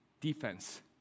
defense